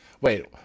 Wait